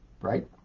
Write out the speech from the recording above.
Right